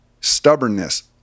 stubbornness